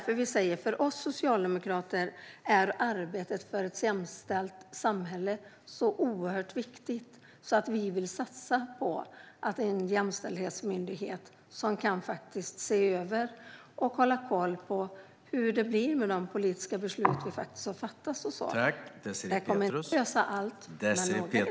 För oss socialdemokrater är arbetet för ett jämställt samhälle så oerhört viktigt att vi vill satsa på en jämställdhetsmyndighet som kan se över och hålla koll på hur det blir med de politiska beslut som har fattats. Den kommer inte att lösa allt, men en del.